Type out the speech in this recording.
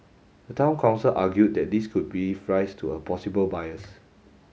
the Town Council argued that this could give rise to a possible bias